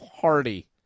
party